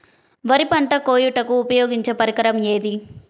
వరి పంట కోయుటకు ఉపయోగించే పరికరం ఏది?